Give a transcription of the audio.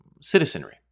citizenry